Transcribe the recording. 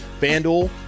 FanDuel